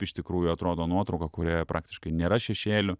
iš tikrųjų atrodo nuotrauka kurioje praktiškai nėra šešėlių